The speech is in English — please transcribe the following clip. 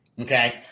Okay